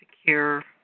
secure